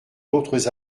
d’autres